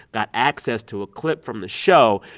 got access to a clip from the show.